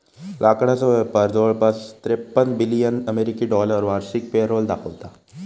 लाकडाचो व्यापार जवळपास त्रेपन्न बिलियन अमेरिकी डॉलर वार्षिक पेरोल दाखवता